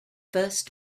first